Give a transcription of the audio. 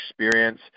experience